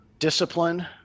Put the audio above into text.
discipline